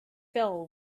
fell